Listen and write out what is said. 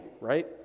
right